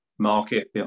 market